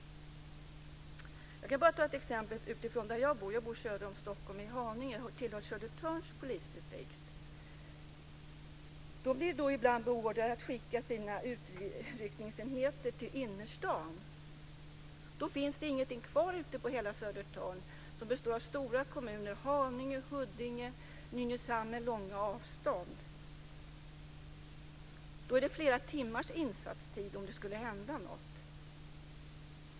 Jag kan ta ett exempel från där jag bor, Haninge söder om Stockholm. Det tillhör Södertörns polisdistrikt som ibland blir beordrat att skicka sina utryckningsenheter till innerstaden. Då finns det ingenting kvar på hela Södertörn som består av stora kommuner med långa avstånd: Haninge, Huddinge och Nynäshamn. Om det skulle hända något är det flera timmars insatstid.